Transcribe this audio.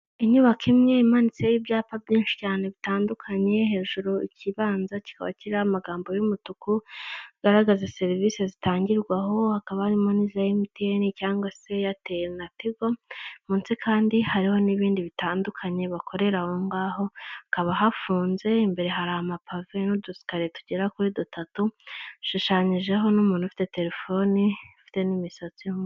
Inyubako imwe imanitseho ibyapa byinshi cyane bitandukanye, hejuru ikibanza kikaba kiriho amagambo y'umutuku agaragaza serivisi zitangirwaho, hakaba harimo n'iza MTN cyangwa se eyateli na tigo. Munsi kandi hariho n'ibindi bitandukanye bakorera aho ngaho, hakaba hafunze, imbere hari amapave n'udusikari tugera kuri dutatu bishushanyijeho n'umuntu ufite telefoni ifite n'imisatsi.